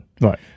Right